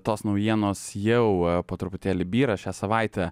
tos naujienos jau po truputėlį byra šią savaitę